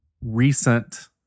recent